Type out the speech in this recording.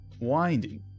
winding